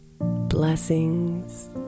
Blessings